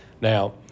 Now